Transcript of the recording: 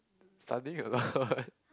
studying a lot